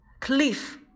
cliff